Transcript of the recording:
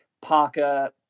Parker